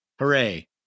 Hooray